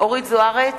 אורית זוארץ,